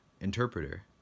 interpreter